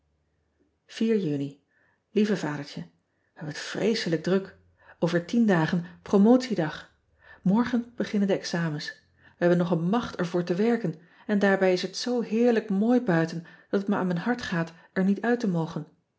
uni ieve adertje e hebben het vreeselijk druk ver dagen promotiedag orgen beginnen de examens e hebben nog een macht er voor te werken en daarbij is het zoo heerlijk mooi biuiten dat het me aan mijn hart gaat er niet uit te mogen